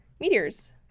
Meteors